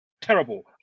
Terrible